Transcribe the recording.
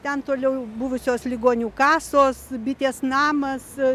ten toliau buvusios ligonių kasos bitės namas